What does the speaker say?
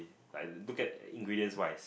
like look at the ingredients wise